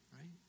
right